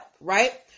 right